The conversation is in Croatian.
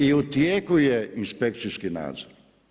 I u tijeku je inspekcijski nadzor.